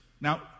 Now